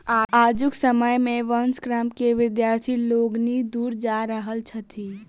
आजुक समय मे वंश कर्म सॅ विद्यार्थी लोकनि दूर जा रहल छथि